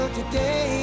today